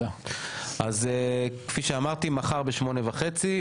אז כפי שאמרתי מחר ב- 08:30,